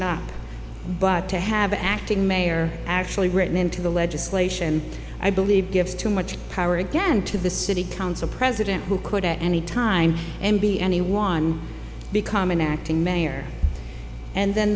sure but to have an acting mayor actually written into the legislation i believe gives too much power again to the city council president who could at any time and be anyone become an acting mayor and then